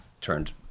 turned